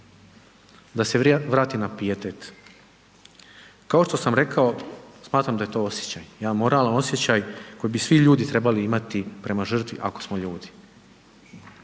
Da se vratim na pijetet. Kao što sam rekao smatram da je to osjećaj, jedan moralan osjećaj koji bi svi ljudi trebali imati prema žrtvi ako smo ljudi.